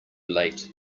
late